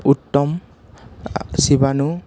উত্তম শিৱানো